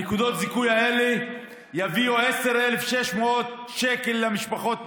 נקודות הזיכוי האלה יביאו 10,600 שקל בשנה למשפחות,